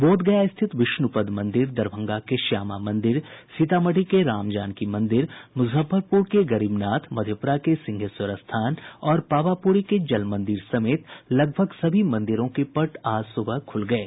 बोधगया स्थित विष्णुपद मंदिर दरभंगा के श्यामा मंदिर सीतामढ़ी के रामजानकी मंदिर मुजफ्फरपुर के गरीबनाथ मधेप्रा के सिंहेश्वर स्थान और पावापुरी के जल मंदिर समेत लगभग सभी मंदिरों के पट आज सुबह खुल गये